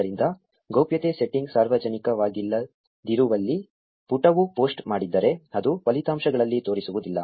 ಆದ್ದರಿಂದ ಗೌಪ್ಯತೆ ಸೆಟ್ಟಿಂಗ್ ಸಾರ್ವಜನಿಕವಾಗಿಲ್ಲದಿರುವಲ್ಲಿ ಪುಟವು ಪೋಸ್ಟ್ ಮಾಡಿದ್ದರೆ ಅದು ಫಲಿತಾಂಶಗಳಲ್ಲಿ ತೋರಿಸುವುದಿಲ್ಲ